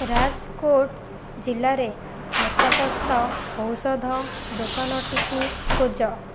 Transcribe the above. ରାଜକୋଟ୍ ଜିଲ୍ଲାରେ ନିକଟସ୍ଥ ଔଷଧ ଦୋକାନଟିକୁ ଖୋଜ